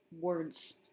words